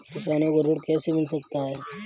किसानों को ऋण कैसे मिल सकता है?